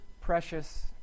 precious